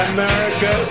America